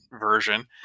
version